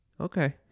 Okay